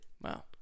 Wow